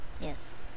Yes